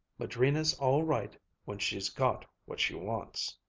madrina's all right when she's got what she wants.